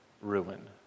ruin